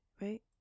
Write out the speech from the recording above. right